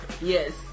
Yes